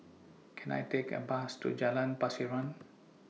Can I Take A Bus to Jalan Pasiran